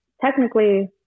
technically